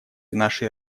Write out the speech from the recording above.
нашей